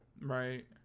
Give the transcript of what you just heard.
right